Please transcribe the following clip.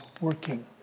working